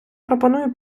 пропоную